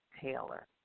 Taylor